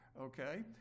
Okay